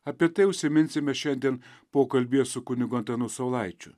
apie tai užsiminsime šiandien pokalbyje su kunigu antanu saulaičiu